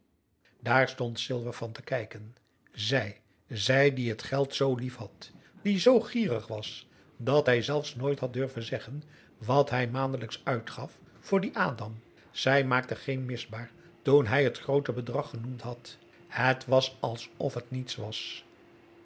daar stond silver van te kijken zij zij die het geld z liefhad die zoo gierig was dat hij zelfs nooit had durven zeggen wat hij maandelijks uitgaf voor dien adam zij maakte geen misbaar toen hij het groote bedrag genoemd had het was alsof het niets was